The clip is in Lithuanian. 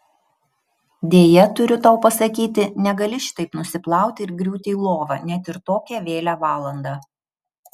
deja turiu tau pasakyti negali šitaip nusiplauti ir griūti į lovą net ir tokią vėlią valandą